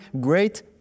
great